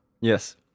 Yes